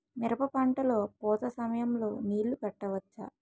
మిరప పంట లొ పూత సమయం లొ నీళ్ళు పెట్టవచ్చా?